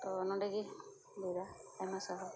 ᱛᱳ ᱱᱚᱰᱮ ᱜᱮ ᱞᱟᱹᱭ ᱮᱫᱟ ᱟᱭᱢᱟ ᱥᱟᱨᱦᱟᱣ